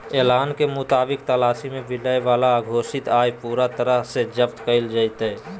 ऐलान के मुताबिक तलाशी में मिलय वाला अघोषित आय पूरा तरह से जब्त कइल जयतय